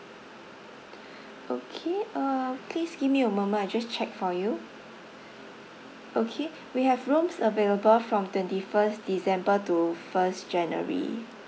okay uh please give me a moment I just check for you okay we have rooms available from twenty first december to first january